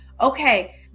okay